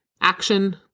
Action